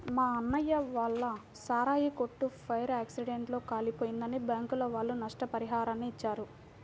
మా అన్నయ్య వాళ్ళ సారాయి కొట్టు ఫైర్ యాక్సిడెంట్ లో కాలిపోయిందని బ్యాంకుల వాళ్ళు నష్టపరిహారాన్ని ఇచ్చారు